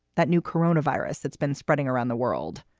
that new corona virus that's been spreading around the world.